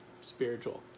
spiritual